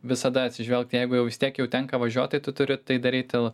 visada atsižvelgt jeigu jau vis tiek jau tenka važiuot tai tu turi tai daryti